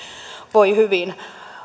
voi hyvin